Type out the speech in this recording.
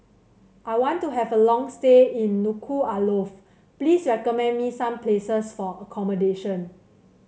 I want to have a long stay in Nuku'alofa please recommend me some places for accommodation